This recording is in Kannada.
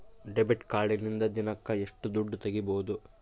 ಡೆಬಿಟ್ ಕಾರ್ಡಿನಿಂದ ದಿನಕ್ಕ ಎಷ್ಟು ದುಡ್ಡು ತಗಿಬಹುದು?